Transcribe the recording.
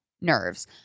nerves